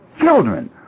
children